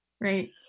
right